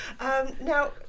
Now